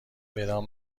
بدان